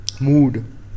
mood